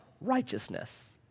righteousness